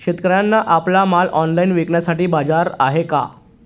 शेतकऱ्यांना आपला माल ऑनलाइन विकण्यासाठी बाजार आहे का?